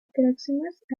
próximas